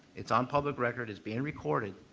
it's on public record, it's being recorded,